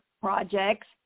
projects